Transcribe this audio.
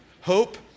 Hope